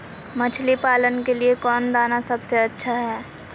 मछली पालन के लिए कौन दाना सबसे अच्छा है?